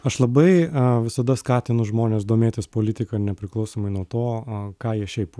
aš labai visada skatinu žmones domėtis politika nepriklausomai nuo to ką jie šiaip